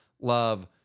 love